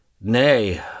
Nay